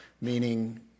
meaning